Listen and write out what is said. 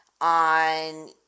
on